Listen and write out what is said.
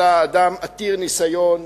אתה עתיר ניסיון,